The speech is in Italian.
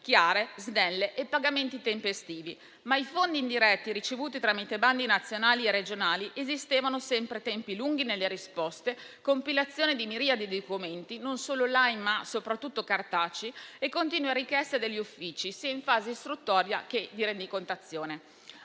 chiare, snelle e pagamenti tempestivi. I fondi indiretti, invece, ricevuti tramite bandi nazionali e regionali, prevedevano sempre tempi lunghi nelle risposte, compilazione di miriadi di documenti, non solo *online*, ma soprattutto cartacei, e continue richieste degli uffici, in fase sia istruttoria sia di rendicontazione.